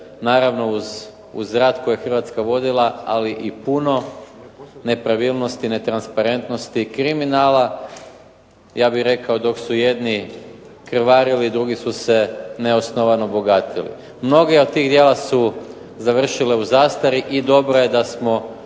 naravno uz rat koji je Hrvatska vodila, ali i puno nepravilnosti, netransparentnosti, kriminala. Ja bih rekao dok su jedni krvarili drugi su se neosnovano bogatili. Mnogi od tih djela su završile u zastari i dobro je da smo